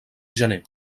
gener